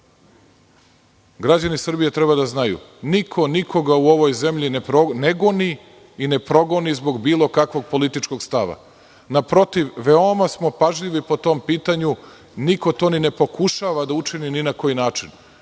Srbije treba da znaju niko nikoga u ovoj zemlji ne goni i ne progoni zbog bilo kakvog političkog stava naprotiv veoma smo pažljivi po tom pitanju i niko to ne pokušava da učini ni na koji način,